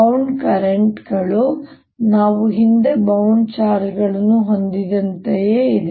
bound ಕರೆಂಟ್ಗಳು ನಾವು ಹಿಂದೆ ಬೌಂಡ್ ಚಾರ್ಜ್ಗಳನ್ನು ಹೊಂದಿದ್ದಂತೆಯೇ ಇವೆ